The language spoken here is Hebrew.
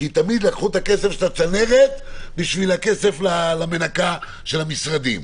כי תמיד לקחו את הכסף של הצנרת בשביל הכסף למנקה של המשרדים,